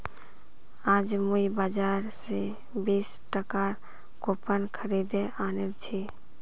आज मुई बाजार स बीस टकार कूपन खरीदे आनिल छि